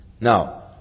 Now